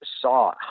saw